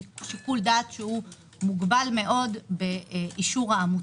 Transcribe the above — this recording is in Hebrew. שמוגבל מאוד באישור העמותות.